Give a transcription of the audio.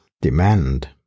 demand